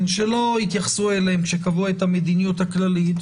שלא התייחסו אליהם כשקבעו את המדיניות הכללית,